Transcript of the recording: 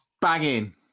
banging